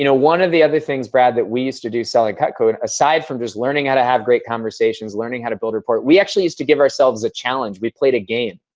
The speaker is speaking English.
you know one of the other things, brad, that we used to do to sell at cutco aside from just learning how to have great conversations, learning how to build rapport, we actually used to give ourselves a challenge. we played a game,